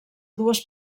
dues